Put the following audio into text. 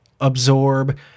absorb